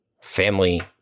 family